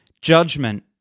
Judgment